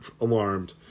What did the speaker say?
alarmed